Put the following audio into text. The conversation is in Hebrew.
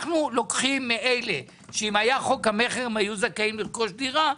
אנחנו לוקחים מאלה שאם היה חוק המכר הם היו זכאים לרכוש דירה.